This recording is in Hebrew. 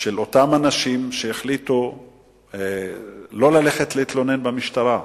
אנשים שהחליטו לא ללכת להתלונן במשטרה.